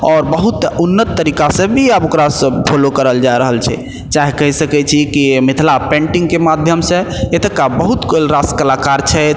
आओर बहुत उन्नत तरीका से भी आब ओकरा फॉलो करल जा रहल छै चाहै कहि सकैत छी कि मिथिला पेन्टिंगके माध्यम से एतुक्का बहुत रास कलाकार छथि